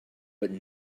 but